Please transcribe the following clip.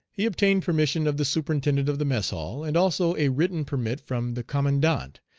he obtained permission of the superintendent of the mess hall, and also a written permit from the commandant.